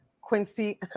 quincy